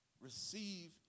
receive